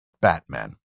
Batman